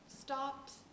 stops